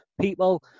people